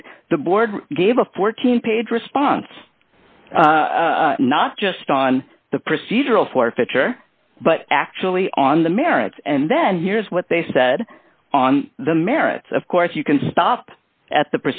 eight the board gave a fourteen page response not just on the procedural forfeiture but actually on the merits and then here's what they said on the merits of course you can stop at the